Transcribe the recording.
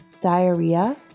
diarrhea